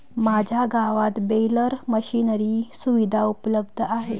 माझ्या गावात baler machinery सुविधा उपलब्ध आहे